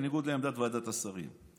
בניגוד לעמדת ועדת השרים.